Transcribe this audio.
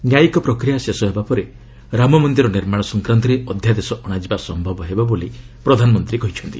ନ୍ୟାୟିକ ପ୍ରକ୍ରିୟା ଶେଷ ହେବା ପରେ ରାମମନ୍ଦିର ନିର୍ମାଣ ସଂକ୍ରାନ୍ତରେ ଅଧ୍ୟାଦେଶ ଅଣାଯିବା ସମ୍ଭବ ହେବ ବୋଲି ପ୍ରଧାନମନ୍ତ୍ରୀ କହିଛନ୍ତି